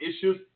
issues